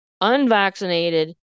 unvaccinated